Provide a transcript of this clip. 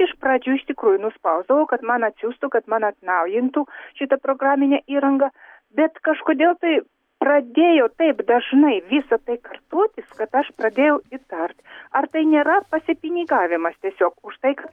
iš pradžių iš tikrųjų nuspausdavau kad man atsiųstų kad man atnaujintų šitą programinę įrangą bet kažkodėl tai pradėjo taip dažnai visa tai kartotis kad aš pradėjau įtart ar tai nėra pasipinigavimas tiesiog už tai kad